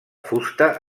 fusta